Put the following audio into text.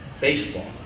baseball